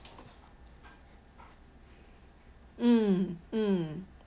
mm mm